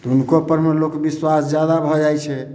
हुनको परमे लोक बिश्वास ज्यादा भऽ जाइ छै